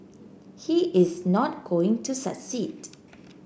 he is not going to succeed